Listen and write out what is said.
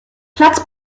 platz